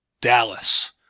Dallas